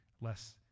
less